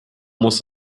muss